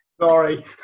sorry